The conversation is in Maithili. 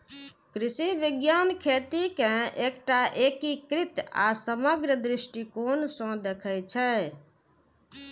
कृषि विज्ञान खेती कें एकटा एकीकृत आ समग्र दृष्टिकोण सं देखै छै